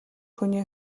хүний